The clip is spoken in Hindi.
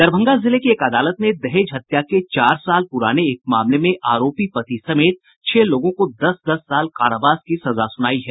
दरभंगा जिले की एक अदालत ने दहेज हत्या के चार साल प्राने एक मामले में आरोपी पति समेत छह लोगों को दस दस साल कारावास की सजा सुनायी है